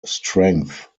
strength